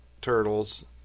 turtles